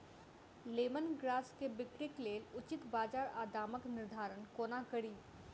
Lemon grass केँ बिक्रीक लेल उचित बजार आ दामक निर्धारण कोना कड़ी?